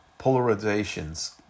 polarizations